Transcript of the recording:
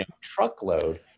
truckload